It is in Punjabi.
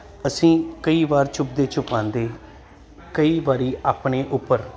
ਅਸੀਂ ਕਈ ਵਾਰ ਛੁਪਦੇ ਛੁਪਾਂਦੇ ਕਈ ਵਾਰੀ ਆਪਣੇ ਉੱਪਰ